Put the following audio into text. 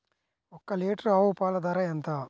ఒక్క లీటర్ ఆవు పాల ధర ఎంత?